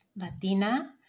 Latina